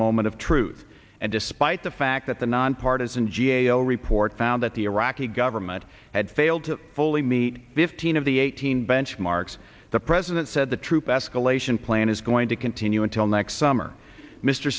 moment of truth and despite the fact that the nonpartisan g a o report found that the iraqi government had failed to fully meet fifteen of the eighteen benchmarks the president said the troop escalation plan is going to continue until next summer mr